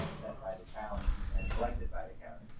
by the county and collected by the county.